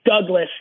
Douglas